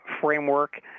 framework